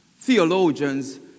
theologians